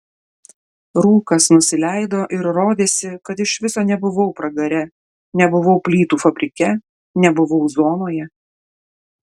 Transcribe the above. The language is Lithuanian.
rūkas nusileido ir rodėsi kad iš viso nebuvau pragare nebuvau plytų fabrike nebuvau zonoje